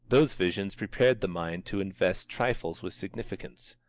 those visions prepared the mind to invest trifles with significance.